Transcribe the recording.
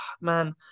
man